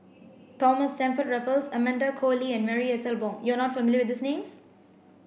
Thomas Stamford Raffles Amanda Koe Lee and Marie Ethel Bong you are not familiar with names